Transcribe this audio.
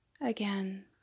again